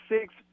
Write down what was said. six